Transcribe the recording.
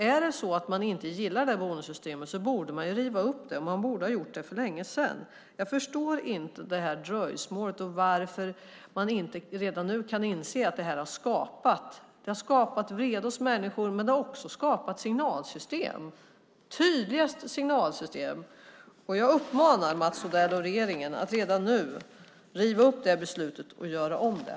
Om man inte gillar bonussystemet borde man riva upp det, och man borde ha gjort det för länge sedan. Jag förstår inte dröjsmålet och varför man inte redan nu kan inse att det här har skapat vrede hos människor och tydliga signaler. Jag uppmanar Mats Odell och regeringen att redan nu riva upp beslutet och göra om det.